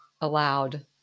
allowed